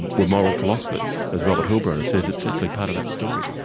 and were moral philosophers as robert hillborough? says, it's actually part of that story.